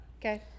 okay